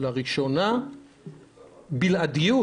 לראשונה בלעדיות,